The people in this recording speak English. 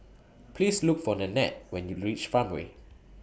Please Look For Nannette when YOU REACH Farmway